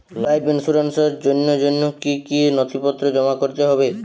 Life ইন্সুরেন্সর জন্য জন্য কি কি নথিপত্র জমা করতে হবে?